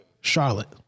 Charlotte